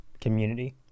community